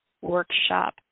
workshop